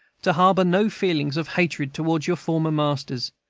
to harbor no feelings of hatred toward your former masters,